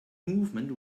movement